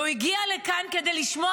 והוא הגיע לכאן כדי לשמוע,